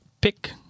pick